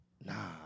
Nah